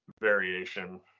variation